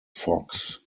fox